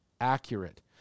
accurate